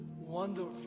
wonderful